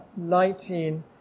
19